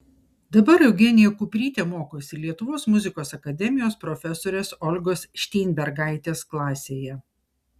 dabar eugenija kuprytė mokosi lietuvos muzikos akademijos profesorės olgos šteinbergaitės klasėje